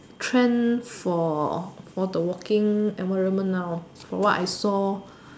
trend for for the working environment now from what I saw